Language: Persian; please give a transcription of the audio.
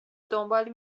دنبال